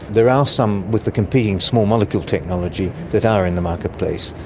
there are some with the competing small molecule technology that are in the marketplace.